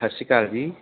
ਸਤਿ ਸ਼੍ਰੀ ਅਕਾਲ ਜੀ